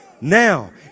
Now